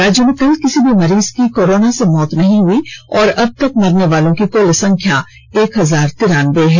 राज्य में कल किसी भी मरीज की कोरोना से मौत नहीं हुई है और अबतक मरने वालों की कुल संख्या एक हजार तिरानवे है